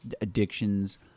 addictions